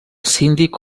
síndic